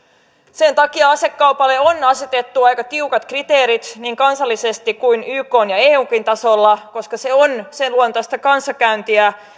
sen takia asekaupalle on asetettu aika tiukat kriteerit niin kansallisesti kuin ykn ja eunkin tasolla koska se on sen luontoista kanssakäyntiä